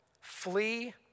flee